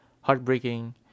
heartbreaking